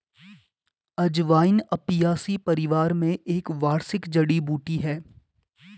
अजवाइन अपियासी परिवार में एक वार्षिक जड़ी बूटी है